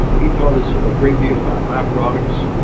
he taught us a great deal about byproducts,